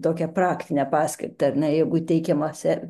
tokią praktinę paskirtį ar ne jeigu teikimąsi